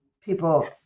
people